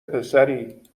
پسری